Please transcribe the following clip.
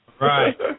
Right